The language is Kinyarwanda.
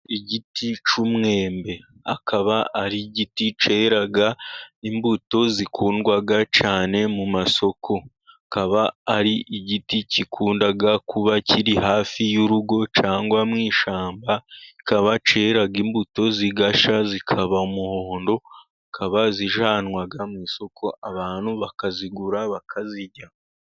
Igiti cy'umwembe akaba ari igiti cyera imbuto zikundwa cyane mu masoko, kikaba ari igiti kikunda kuba kiri hafi y'urugo cyangwa mu ishyamba, kikaba cyera imbuto zigashya zikaba umuhondo ,zikaba zijyanwa mu isoko abantu bakazigura bakazirya.